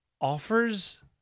offers